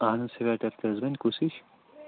اہن حظ سُویٹر تہِ حظ بنہِ کُس ہِش